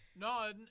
No